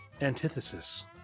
antithesis